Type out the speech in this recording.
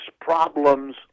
problems